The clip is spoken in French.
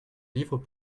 livres